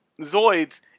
Zoids